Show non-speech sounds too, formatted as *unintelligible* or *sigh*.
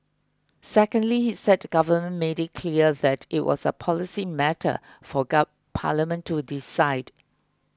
secondly he said the government made it clear that it was a policy matter for *unintelligible* parliament to decide